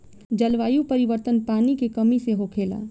जलवायु परिवर्तन, पानी के कमी से होखेला